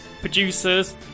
producers